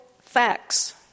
facts